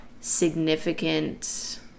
significant